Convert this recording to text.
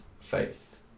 faith